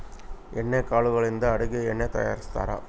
ಎಣ್ಣೆ ಕಾಳುಗಳಿಂದ ಅಡುಗೆ ಎಣ್ಣೆ ತಯಾರಿಸ್ತಾರಾ